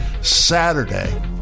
Saturday